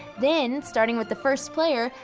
then, starting with the first player,